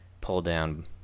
pull-down